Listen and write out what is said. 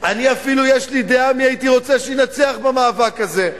יש לי אפילו דעה מי הייתי רוצה שינצח במאבק הזה,